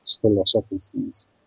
philosophies